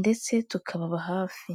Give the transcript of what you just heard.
ndetse tukababa hafi.